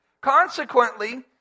Consequently